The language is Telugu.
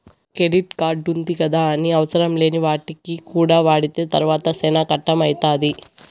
కెడిట్ కార్డుంది గదాని అవసరంలేని వాటికి కూడా వాడితే తర్వాత సేనా కట్టం అయితాది